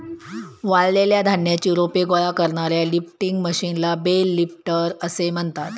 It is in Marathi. वाळलेल्या धान्याची रोपे गोळा करणाऱ्या लिफ्टिंग मशीनला बेल लिफ्टर असे म्हणतात